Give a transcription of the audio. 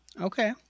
Okay